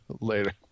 Later